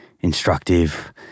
instructive